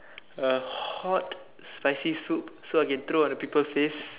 a hot spicy soup so I can throw at people's face